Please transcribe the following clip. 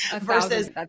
versus